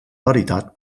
veritat